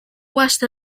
west